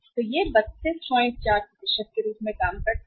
तो यह 324 के रूप में काम करता है